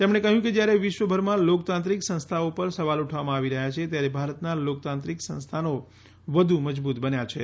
તેમણે કહ્યુ કે જયારે વિશ્વભરમાં લોકતાંત્રિક સંસ્થાઓ ઉપર સવાલ ઉઠાવવામા આવી રહ્યાં છે ત્યારે ભારતના લોકતાંત્રિક સંસ્થાનો વધુ મજબૂત બન્યા છે